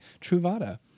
Truvada